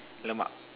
Lemak